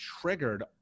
triggered